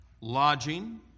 lodging